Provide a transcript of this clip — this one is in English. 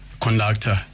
conductor